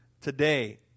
today